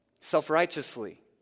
self-righteously